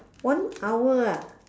one hour ah